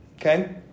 Okay